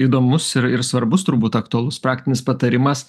įdomus ir ir svarbus turbūt aktualus praktinis patarimas